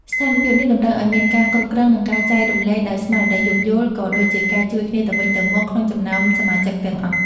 ស្ថានភាពនេះតម្រូវឱ្យមានការគ្រប់គ្រង និងការចែករំលែកដោយស្មារតីយោគយល់ ក៏ដូចជាការជួយគ្នាទៅវិញទៅមកក្នុងចំណោមសមាជិកទាំងអស់។